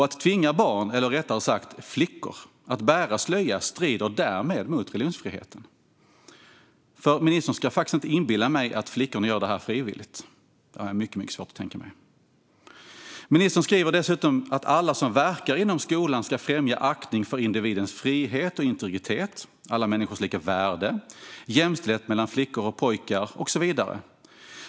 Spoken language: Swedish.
Att tvinga barn, eller rättare sagt flickor, att bära slöja strider därmed mot religionsfriheten, för ministern ska nämligen inte inbilla mig att flickorna gör detta frivilligt. Det har jag mycket svårt att tänka mig. Ministern säger dessutom att alla som verkar inom skolan ska främja aktning för individens frihet och integritet, alla människors lika värde, jämställdhet mellan flickor och pojkar och så vidare.